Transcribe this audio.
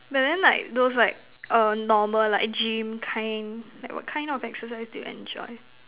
but then like those like err normal like gym kind like what kind of exercise do you enjoy